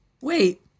Wait